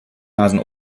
nasen